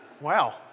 Wow